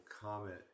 comment